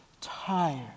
tired